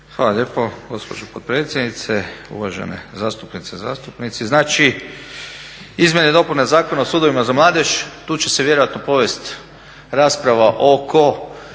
Hvala lijepo gospođo potpredsjednice, uvažene zastupnice i zastupnici. Znači, izmjene i dopune Zakona o sudovima za mladež tu će se vjerojatno povest rasprava oko